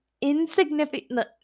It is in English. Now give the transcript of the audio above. insignificant